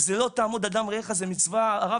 זה לא תעמוד על דם רעך, זו מצווה דאורייתא.